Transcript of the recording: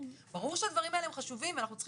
ברור שהדברים האלה הם חשובים ואנחנו צריכים